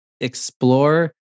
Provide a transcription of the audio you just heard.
explore